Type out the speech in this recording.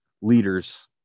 leaders